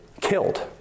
killed